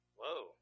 Whoa